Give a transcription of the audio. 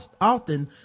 often